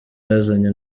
yazanye